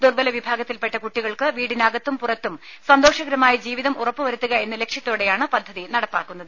ദുർബ്ബല വിഭാഗത്തിൽപ്പെട്ട കുട്ടികൾക്ക് വീടിനകത്തും പുറത്തും സന്തോഷകരമായ ജീവിതം ഉറപ്പുവരുത്തുക എന്ന ലക്ഷ്യത്തോടെയാണ് പദ്ധതി നടപ്പാക്കുന്നത്